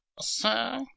sir